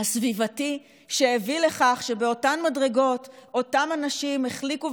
הסביבתי שהביא לכך שבאותן מדרגות אותם אנשים החליקו,